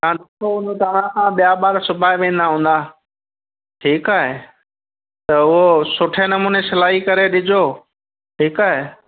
हा तव्हां खां ॿिया ॿार सिबाए वेंदा हूंदा ठीकु आहे त उहो सुठे नमूने सिलाई करे ॾिजो ठीकु आहे